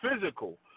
physical